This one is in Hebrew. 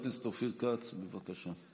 חבר הכנסת אופיר כץ, בבקשה.